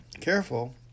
careful